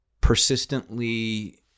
persistently